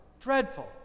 dreadful